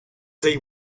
they